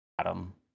Adam